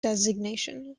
designation